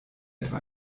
etwa